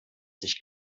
sich